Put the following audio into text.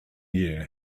year